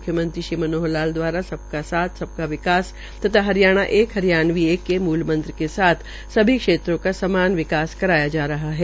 मुख्यमंत्री श्री मनोहर लाल दवारा सबका साथ सबका विकास तथा हरियाणा एक हरियाणवी एक के मूल मंत्र के साथ सभी क्षेत्रों का समान विकास करवाया जा रहा है